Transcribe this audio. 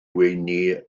weini